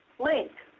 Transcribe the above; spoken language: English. link.